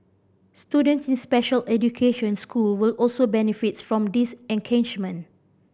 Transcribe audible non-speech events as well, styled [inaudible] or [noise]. students in special education school will also benefit from these [unintelligible]